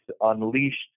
unleashed